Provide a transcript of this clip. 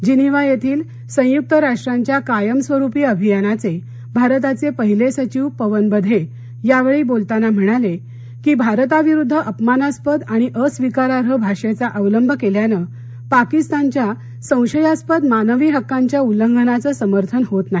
Geneva येथील संयुक्त राष्ट्रांच्या कायमस्वरूपी अभियानाचे भारताचे पहिले सचिव पवन बढे यावेळी बोलताना म्हणाले की भारताविरुद्ध अपमानास्पद आणि अस्वीकार्ह भाषेचा अवलंब केल्यानं पाकिस्ताननच्या संशयास्पद मानवी हक्कांच्या उल्लंघनाचं समर्थन होत नाही